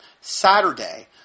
Saturday